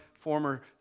former